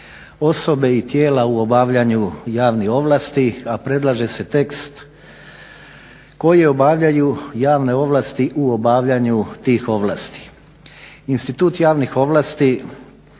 osobe i tijela u obavljanju javnih ovlasti a predlaže se tekst koji obavljaju javne ovlasti u obavljanju tih ovlasti.